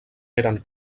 eren